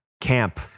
camp